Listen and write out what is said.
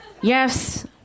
Yes